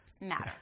matter